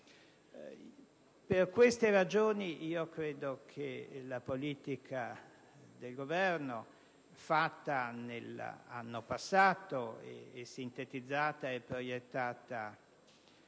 Per queste ragioni, credo che la politica del Governo fatta nell'anno passato, e sintetizzata e proiettata